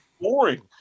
boring